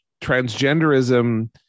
transgenderism